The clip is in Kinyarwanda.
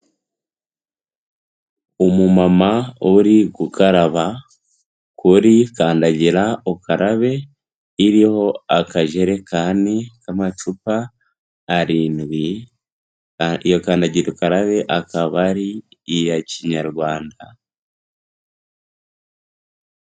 Umumama uri gukaraba kuri kandagira ukarabe, iriho akajerekani k'amacupa arindwi, iyo kandagira ukararabe akaba ari iya kinyarwanda.